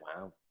Wow